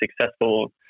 successful